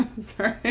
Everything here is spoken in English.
Sorry